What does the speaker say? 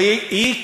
אבל היא,